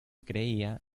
creía